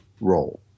role